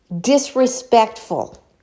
disrespectful